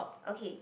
okay